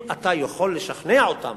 אם אתה יכול לשכנע אותם